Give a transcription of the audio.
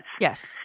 Yes